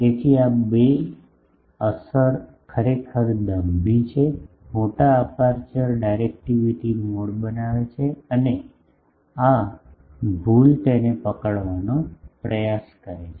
તેથી આ બે અસર ખરેખર દંભી છે મોટા અપેરચ્યોર ડાયરેક્ટિવિટી મોડ બનાવે છે અને આ ભૂલ તેને ઘટાડવાનો પ્રયાસ કરે છે